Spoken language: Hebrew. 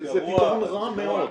זה פתרון רע מאוד.